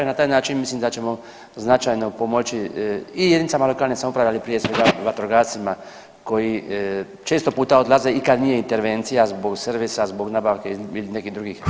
Na taj način mislim da ćemo značajno pomoći i jedinicama lokalne samouprave, ali prije svega vatrogascima koji često puta odlaze i kad nije intervencija zbog servisa, zbog nabavke ili nekih drugih razloga na